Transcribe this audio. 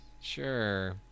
sure